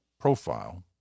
profile